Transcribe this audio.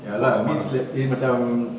ya lah means like dia macam